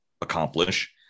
accomplish